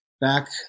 back